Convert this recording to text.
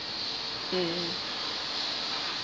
mm